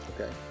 okay